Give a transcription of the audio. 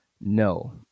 No